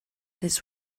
this